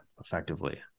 effectively